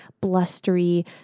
blustery